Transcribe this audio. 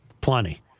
Plenty